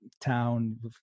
town